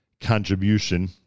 contribution